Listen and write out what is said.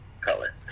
color